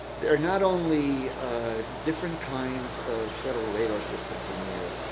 they're not only different kinds of federal radar systems in there,